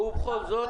ובכל זאת,